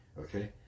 Okay